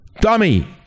Dummy